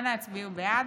אנא הצביעו בעד.